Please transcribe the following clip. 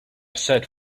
said